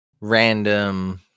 random